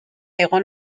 egon